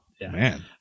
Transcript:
Man